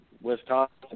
Wisconsin